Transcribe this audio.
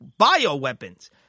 bioweapons